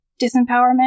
disempowerment